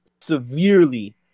severely